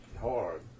hard